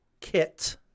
kit